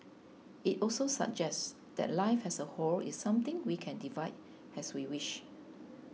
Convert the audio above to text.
it also suggests that life as a whole is something we can divide as we wish